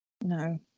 no